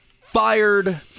fired